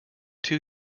two